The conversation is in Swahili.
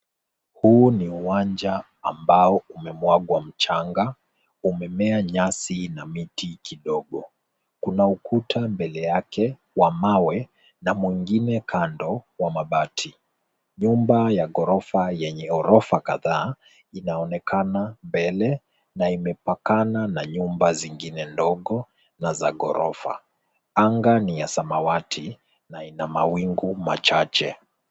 Huu ni uwanja ambao umemwagwa mchanga, umemea nyasi na miti kidogo. Kuna ukuta mbele yake wa mawe na mwengine kando wa mabati. Bomba ya ghorofa yenye ghorofa kadhaa inaonekana mbele na imepakana na nyumba zingine ndogo na za ghorofa. Anga ni ya samawati na ina mawingu machache.